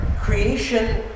creation